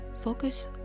Focus